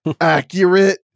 accurate